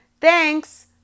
Thanks